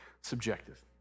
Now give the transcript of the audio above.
Subjective